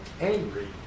angry